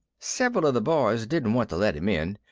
several of the boys didn't want to let him in.